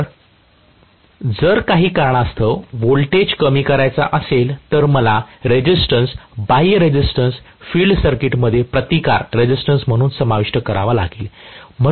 तर जर काही कारणास्तव व्होल्टेज कमी करायचा असेल तर मला कदाचित बाह्य रेझिस्टन्स फिल्ड सर्किट मध्ये प्रतिकार म्हणून समाविष्ट करावा लागेल